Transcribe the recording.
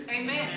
Amen